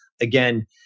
again